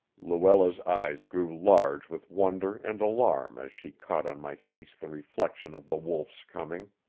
luella's eyes grew large with wonder and alarm as she caught on my face the reflection of the wolf's coming.